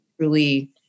truly